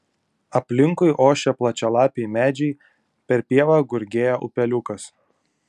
aplinkui ošė plačialapiai medžiai per pievą gurgėjo upeliukas